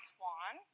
Swan